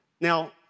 Now